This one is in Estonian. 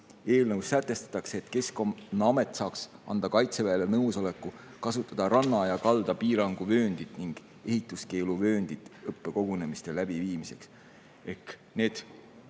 Eelnõus sätestatakse, et Keskkonnaamet saaks anda Kaitseväele nõusoleku kasutada ranna ja kalda piiranguvööndit ning ehituskeeluvööndit õppekogunemiste läbiviimiseks.